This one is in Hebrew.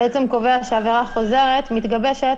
והוא קובע שעבירה חוזרת מתגבשת